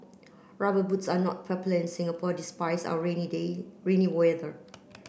rubber boots are not popular in Singapore despite our rainy day rainy weather